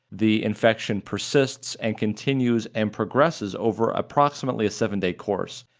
the infection persists and continues and progresses over approximately a seven-day course.